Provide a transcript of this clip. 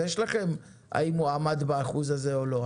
אז יש לכם האם הוא עמד באחוז הזה או לא.